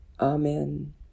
amen